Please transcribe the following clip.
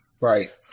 Right